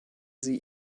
sie